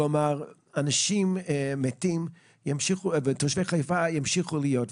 כלומר אנשים מתים ותושבי חיפה ימשיכו להיות.